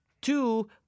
two